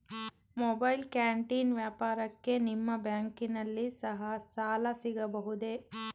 Mobile canteen ವ್ಯಾಪಾರಕ್ಕೆ ನಿಮ್ಮ ಬ್ಯಾಂಕಿನಲ್ಲಿ ಸಾಲ ಸಿಗಬಹುದೇ?